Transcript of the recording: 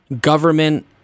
government